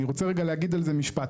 אני רוצה רגע להגיש על זה משפט.